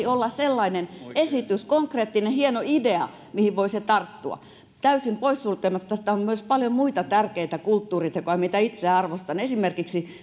olla sellainen esitys konkreettinen hieno idea mihin voisi tarttua täysin pois sulkematta sitä että on myös paljon muita tärkeitä kulttuuritekoja joita itse arvostan esimerkiksi